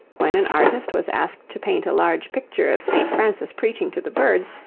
when an artist was asked to paint a large picture of st. francis preaching to the birds,